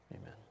amen